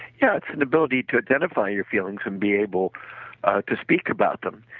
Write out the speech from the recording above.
yeah, it's an ability to identify your feelings and be able to speak about them.